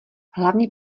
hlavně